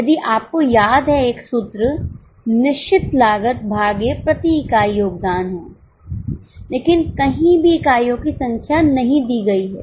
यदि आपको याद है एक सूत्र निश्चित लागत भागे प्रति इकाई योगदान हैं लेकिन कहीं भी इकाइयों की संख्या नहीं दी गई है